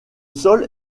sol